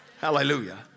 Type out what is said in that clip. Hallelujah